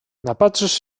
napatrzysz